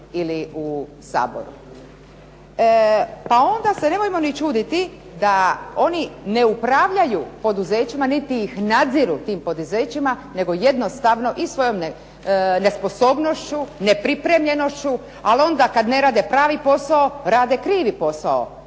Pa onda se nemojmo ni čuditi da oni ne upravljaju poduzećima, niti ih nadziru ta poduzeća, nego jednostavno i svojom nesposobnošću, nepripremljenošću, ali onda kada ne rade pravi posao rade krivi posao,